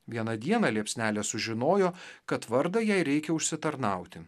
vieną dieną liepsnelė sužinojo kad vardą jai reikia užsitarnauti